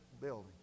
building